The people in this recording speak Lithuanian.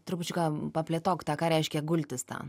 trupučiuką plėtok tą ką reiškia gultis ten